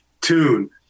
tune